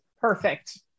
Perfect